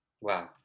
wow